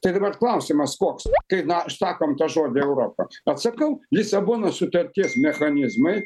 tai dabar klausimas koks kai na sakom tą žodį europa atsakau lisabonos sutarties mechanizmai